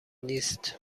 نیست